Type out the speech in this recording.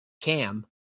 Cam